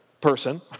person